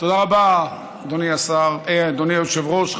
תודה רבה, אדוני היושב-ראש.